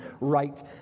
right